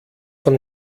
von